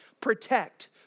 protect